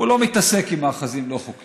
הוא לא מתעסק עם מאחזים לא חוקיים,